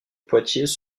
poitiers